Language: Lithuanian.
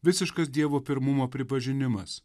visiškas dievo pirmumo pripažinimas